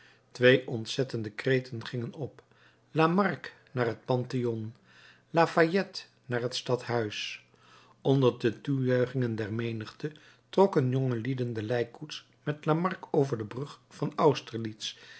twee ontzettende kreten gingen op lamarque naar het pantheon lafayette naar het stadhuis onder de toejuichingen der menigte trokken jongelieden de lijkkoets met lamarque over de brug van austerlitz